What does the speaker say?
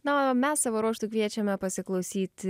na o mes savo ruožtu kviečiame pasiklausyti